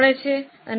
અને 0